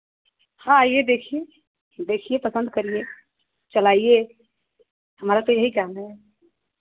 हाँ आइए देखिए देखिए पसंद करिए चलाइए हमारा तो यही काम है